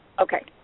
Okay